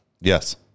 Yes